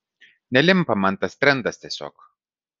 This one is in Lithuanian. nelimpa man tas trendas tiesiog